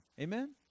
Amen